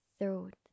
throat